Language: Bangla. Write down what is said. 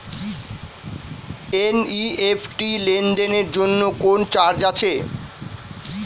এন.ই.এফ.টি লেনদেনের জন্য কোন চার্জ আছে?